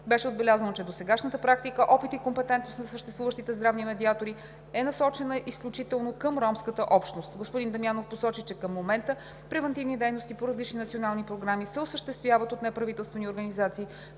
Беше отбелязано, че досегашната практика, опит и компетентност на съществуващите здравни медиатори е насочена изключително към ромската общност. Господин Дамянов посочи, че към момента превантивни дейности по различни национални програми се осъществяват от неправителствени организации,